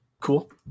cool